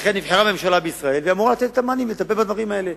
לכן נבחרה ממשלה בישראל והיא אמורה לתת את המענים לטפל בדברים האלה.